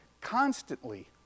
Constantly